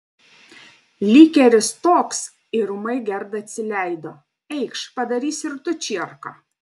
likeris toks ir ūmai gerda atsileido eikš padarysi ir tu čierką